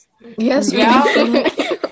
Yes